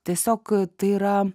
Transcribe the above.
tiesiog tai yra